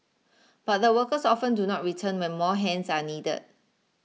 but the workers often do not return when more hands are needed